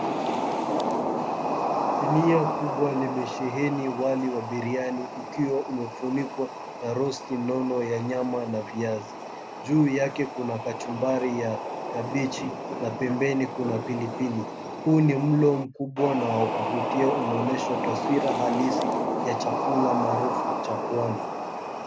Sinia kubwa limesheheni wali wa biriani, ukiwa umefunikwa na rosti nono ya nyama na viazi; juu yake kuna kachumbari ya kabichi, na pembeni kuna pilipili. Huu ni mlo mkubwa na wa kuvutia unaoonyesha taswira halisi ya chakula maarufu cha Pwani.